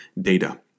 data